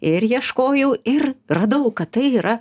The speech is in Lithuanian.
ir ieškojau ir radau kad tai yra